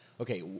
Okay